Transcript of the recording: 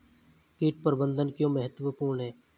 कीट प्रबंधन क्यों महत्वपूर्ण है?